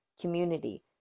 community